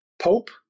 pope